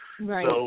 Right